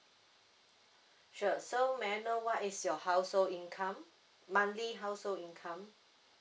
sure so may I know what is your househod income monthly household income